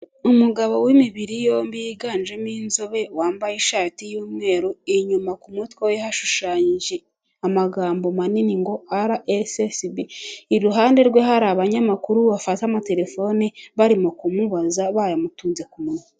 Umugabo w'imibiri yombi yiganjemo inzobe wambaye ishati y'umweru inyuma ku mutwe we hashushanyije amagambo manini ngo RSSB, iruhande rwe hari abanyamakuru bafata amaterefone barimo kumubaza bayamutunze ku munwa.